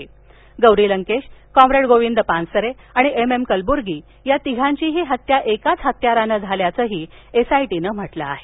तसच गौरी लंकेश कॉंग्नेड गोविंद पानसरे आणि M M कलवुर्गी या तिघांचीही हत्या एकाच हत्यारानं झाल्याचंही एस व्याय टी नं म्हटलं आहे